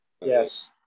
Yes